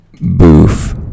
Boof